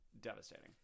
devastating